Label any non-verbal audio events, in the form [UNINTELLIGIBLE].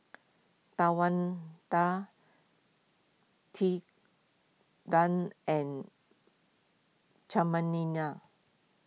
Tawanda Tilden and [UNINTELLIGIBLE]